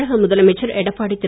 தமிழக முதலமைச்சர் எடப்பாடி திரு